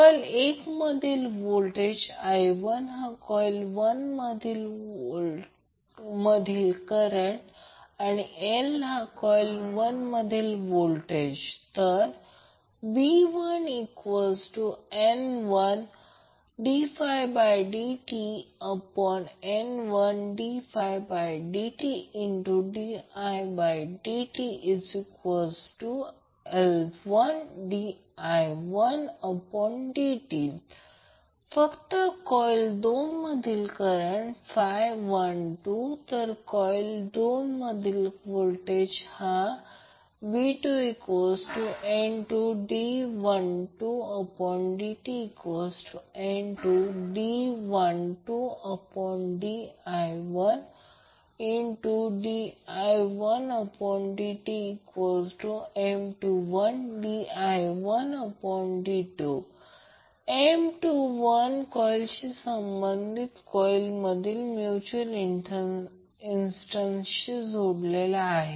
coil 1 मधील voltage i1 हा coil 1 मधील करंट आणि L1 हा कॉइल 1 मधील व्होल्टेज v1N1d1dtN1d1di1di1dtL1di1dt फक्त कॉइल 2 मधील करंट 12 तर कॉइल 2 मधील व्होल्टेज हा v2N2d12dtN2d12di1di1dtM21di1dt M21कॉइल 1 शी संबंधित कॉइल 2 मधील म्यूच्यूअल इन्ड़टन्सशी आहे